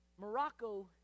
Morocco